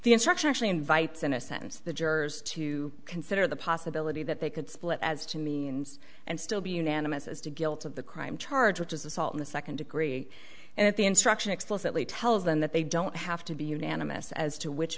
the instruction actually invites in a sentence the jurors to consider the possibility that they could split as to means and still be unanimous as to guilt of the crime charge which is assault in the second degree and the instruction explicitly tells them that they don't have to be unanimous as to which